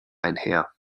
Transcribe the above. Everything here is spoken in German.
einher